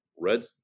red